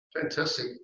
Fantastic